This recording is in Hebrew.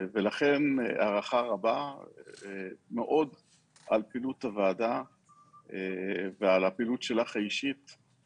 לכן הערכה רבה מאוד על פעילות הוועדה ועל הפעילות האישית שלך.